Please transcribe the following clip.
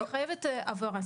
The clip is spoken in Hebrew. אני חייבת לקבל הבהרה,